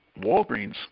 Walgreens